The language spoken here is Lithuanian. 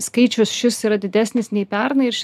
skaičius šis yra didesnis nei pernai ir šis